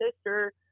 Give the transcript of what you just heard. sister